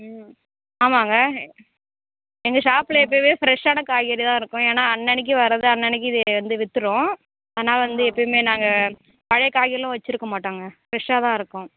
ம் ஆமாங்க எங்கள் ஷாப்பில் எப்பயுமே ஃபிரெஷ்ஷான காய்கறிதான் இருக்கும் ஏன்னா அன்னை அன்னைக்கி வர்றது அன்னை அன்னைக்கி வந்து விற்றுடும் ஆனால் வந்து எப்பயுமே நாங்கள் பழைய காய்கறிலாம் வைச்சிருக்க மாட்டோம்ங்க ஃபிரெஷ்ஷாக தான் இருக்கும்